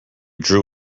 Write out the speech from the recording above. drew